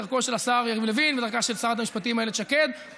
דרך השר יריב לוין ודרך שרת המשפטים איילת שקד,